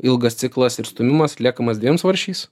ilgas ciklas ir stūmimas atliekamas dviem svarsčiais